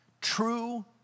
True